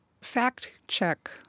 fact-check